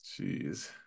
Jeez